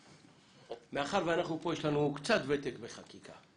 מאחר ויש לנו קצת ותק בחקיקה,